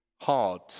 hard